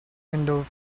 window